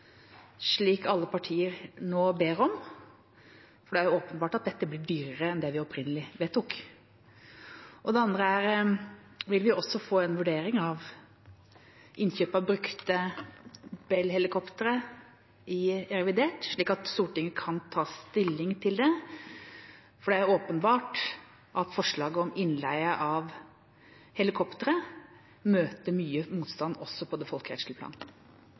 slik alle partier nå ber om? For det er åpenbart at dette blir dyrere enn det vi opprinnelig vedtok. Det andre er: Vil vi også få en vurdering av innkjøp av brukte Bell-helikoptre i revidert, slik at Stortinget kan ta stilling til det? For det er åpenbart at forslaget om innleie av helikoptre møter mye motstand også på det folkerettslige